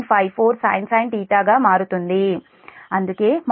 54 sin గా మారుతుంది అందుకే|Eg |1